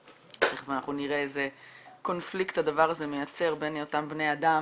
תיכף אנחנו נראה איזה קונפליקט הדבר הזה מייצר בין היותם בני אדם,